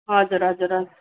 हजुर हजुर हजुर